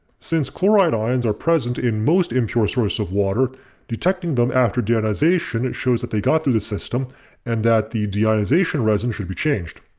since chloride ions are present in most impure sources of water detecting them after deionization shows that they got through the system and that the deionization resin should be changed.